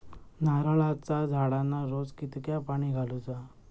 नारळाचा झाडांना रोज कितक्या पाणी घालुचा?